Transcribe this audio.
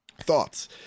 Thoughts